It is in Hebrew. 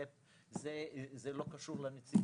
זה לא קשור לנציבות.